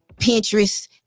Pinterest